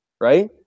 right